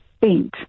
bent